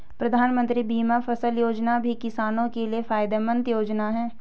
प्रधानमंत्री बीमा फसल योजना भी किसानो के लिये फायदेमंद योजना है